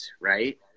right